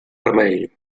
remei